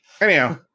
Anyhow